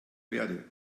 verde